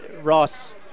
Ross